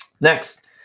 Next